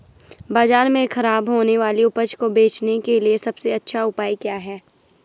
बाजार में खराब होने वाली उपज को बेचने के लिए सबसे अच्छा उपाय क्या हैं?